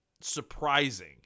surprising